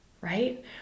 right